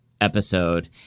episode